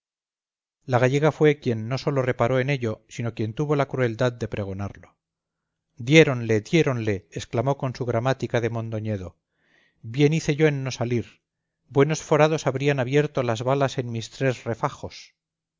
la gallega fue quien no sólo reparó en ello sino quien tuvo la crueldad de pregonarlo diéronle diéronle exclamó con su gramática de mondoñedo bien hice yo en no salir buenos forados habrían abierto las balas en mis tres refajos